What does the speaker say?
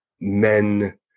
Men